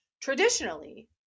Traditionally